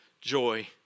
joy